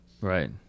Right